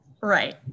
Right